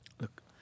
look